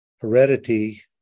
heredity